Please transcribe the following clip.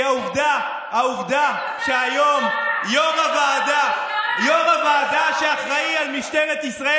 כי העובדה שיו"ר הוועדה שאחראי על משטרת ישראל